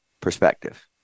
perspective